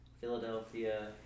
Philadelphia